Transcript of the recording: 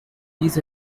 these